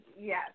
Yes